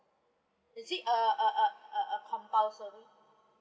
does it uh uh uh uh uh compulsory